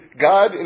God